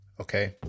Okay